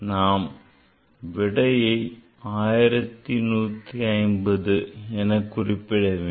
நான் விடையை 1150 எனக் குறிப்பிட வேண்டும்